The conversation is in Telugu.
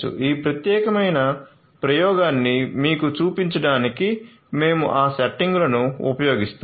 ఈ ప్రత్యేకమైన ప్రయోగాన్ని మీకు చూపించడానికి మేము ఆ సెట్టింగులను ఉపయోగిస్తాము